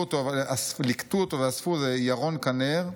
ליקטו אותו ואספו ירון קנר,